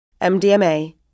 MDMA